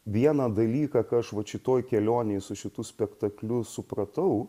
vieną dalyką ką aš vat šitoj kelionėj su šitu spektakliu supratau